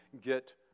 get